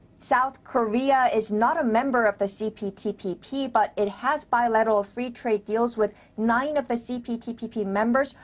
south korea is not a member of the cptpp. but it has bilateral free trade deals with nine of the cptpp members,